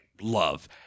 love